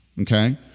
okay